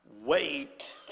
Wait